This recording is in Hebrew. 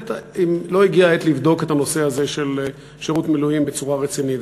האם לא הגיע העת לבדוק את הנושא הזה של שירות מילואים בצורה רצינית?